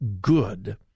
good